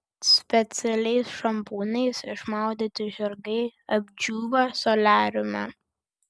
specialiais šampūnais išmaudyti žirgai apdžiūva soliariume